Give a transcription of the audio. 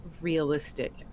realistic